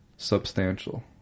substantial